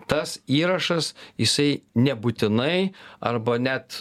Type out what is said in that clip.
tas įrašas jisai nebūtinai arba net